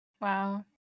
wow